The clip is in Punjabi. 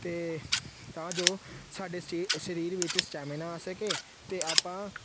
ਅਤੇ ਤਾਂ ਜੋ ਸਾਡੇ ਸਰੀ ਸਰੀਰ ਵਿੱਚ ਸਟੈਮੀਨਾ ਆ ਸਕੇ ਅਤੇ ਆਪਾਂ